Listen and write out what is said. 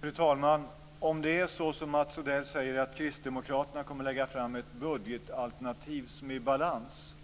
Fru talman! Om det är så som Mats Odell säger, dvs. att kristdemokraterna kommer att lägga fram ett budgetalternativ som är i balans,